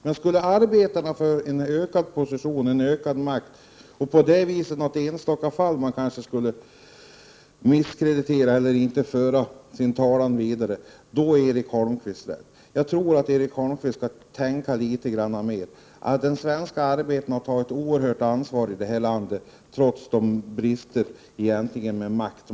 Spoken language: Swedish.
Men skulle arbetarna få en bättre position med ökad makt och därför i något enstaka fall kanske misskreditera eller föra sin talan vidare, då är Erik Holmkvist redo. Jag tror att Erik Holmkvist skall tänka litet mer. Den svenska arbetaren har tagit ett oerhört stort ansvar i vårt land, trots bristande makt.